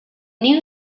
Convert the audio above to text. new